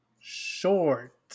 short